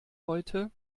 heute